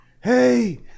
hey